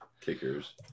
kickers